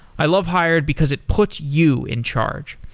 i love hired because it puts you in charge.